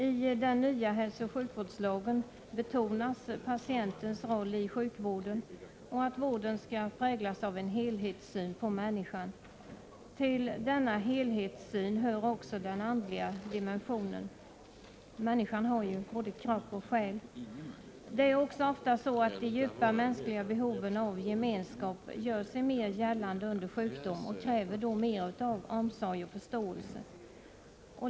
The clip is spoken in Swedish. I den nya hälsooch sjukvårdslagen betonas patientens roll i sjukvården, och att vården skall präglas av en helhetssyn på människan. Till denna helhetssyn hör också den andliga dimensionen — människan har ju både kropp och själ. Det är ofta så att de djupa mänskliga behoven av gemenskap gör sig mer gällande under sjukdom och då kräver mer av omsorg och förståelse.